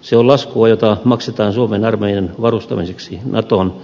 se on laskua jota maksetaan suomen armeijan varustamiseksi natoon